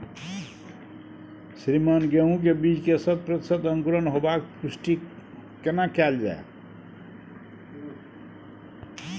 श्रीमान गेहूं के बीज के शत प्रतिसत अंकुरण होबाक पुष्टि केना कैल जाय?